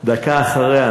דקה אחריה,